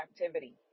activity